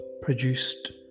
produced